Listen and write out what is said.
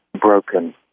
broken